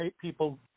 people